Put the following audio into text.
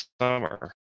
summer